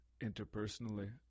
interpersonally